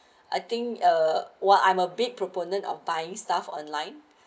I think uh what I'm a bit proponent of buying stuff online